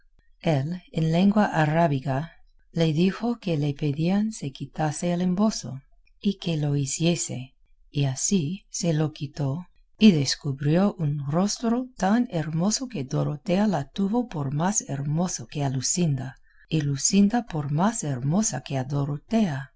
en lengua arábiga le dijo que le pedían se quitase el embozo y que lo hiciese y así se lo quitó y descubrió un rostro tan hermoso que dorotea la tuvo por más hermosa que a luscinda y luscinda por más hermosa que a dorotea